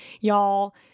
Y'all